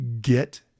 Get